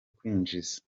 kwinjiza